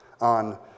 on